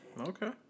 Okay